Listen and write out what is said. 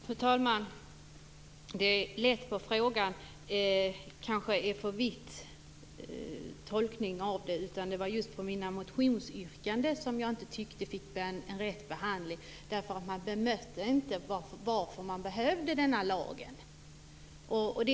Fru talman! Det var kanske en för vid tolkning av detta med att man tar för lätt på frågan. Jag tyckte att mina motionsyrkanden inte fick rätt behandling, eftersom man inte bemötte varför den här lagen behövs.